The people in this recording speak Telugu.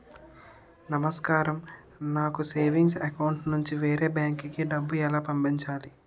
నమస్కారం నాకు సేవింగ్స్ అకౌంట్ నుంచి వేరే బ్యాంక్ కి డబ్బు ఎలా పంపాలి?